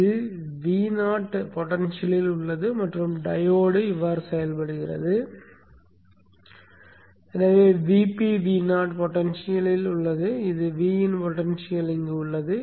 இது Vo potential உள்ளது மற்றும் டையோடு செயல்படுகிறது எனவே Vp Vo பொடென்ஷியல் உள்ளது இதில் Vin பொடென்ஷியல் உள்ளது